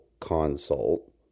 consult